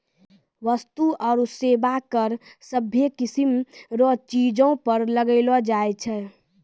वस्तु आरू सेवा कर सभ्भे किसीम रो चीजो पर लगैलो जाय छै